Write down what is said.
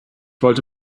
wollte